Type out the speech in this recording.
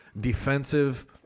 defensive